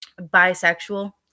bisexual